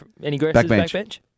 backbench